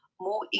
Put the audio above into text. more